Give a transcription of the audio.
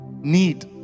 need